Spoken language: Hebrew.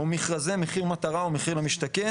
או מכרזי מחיר מטרה או מחיר למשתכן.